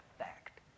effect